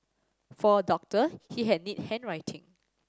for a doctor he had neat handwriting